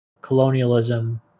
colonialism